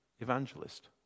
evangelist